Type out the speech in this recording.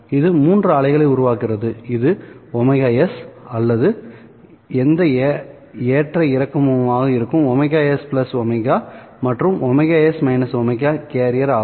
இது மூன்று அலைகளை உருவாக்குகிறது இது ωs அல்லது எந்த ஏற்ற இறக்கமாக இருக்கும் ωs ω மற்றும் ωs - ω கேரியர் ஆகும்